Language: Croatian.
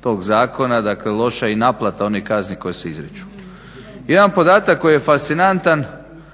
tog zakona, dakle loša i naplata onih kazni koje se izriču. Jedan podatak koji je fascinantan